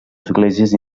esglésies